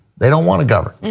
they don't want to govern.